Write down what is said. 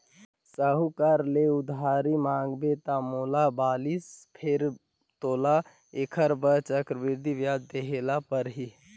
साहूकार ले उधारी मांगेंव त मोला बालिस फेर तोला ऐखर बर चक्रबृद्धि बियाज देहे बर परही